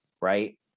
right